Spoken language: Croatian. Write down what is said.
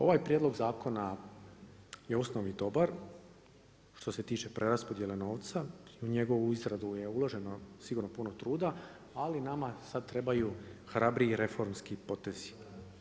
Ovaj prijedlog zakona je po osnovi dobar, što se tiče preraspodjele novca i njegovu izradu je uloženo sigurno puno truda, ali nama sad trebaju hrabriji reformski potezi.